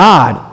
God